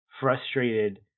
Frustrated